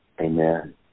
Amen